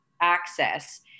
access